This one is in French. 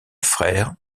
frère